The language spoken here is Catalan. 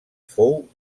fou